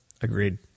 agreed